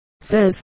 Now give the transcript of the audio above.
says